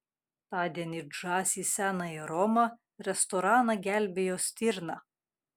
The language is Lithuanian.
tądien it žąsys senąją romą restoraną gelbėjo stirna